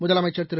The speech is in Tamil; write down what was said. முதலமைச்சர் திரு